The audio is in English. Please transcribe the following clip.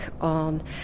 on